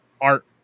art